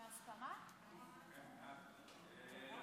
הצעת החוק שבנדון מבקשת לקבוע כי סטודנט שאינו